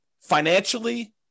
financially